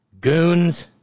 goons